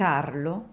Carlo